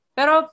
Pero